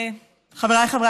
זה נורא נורא